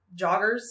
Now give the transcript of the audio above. joggers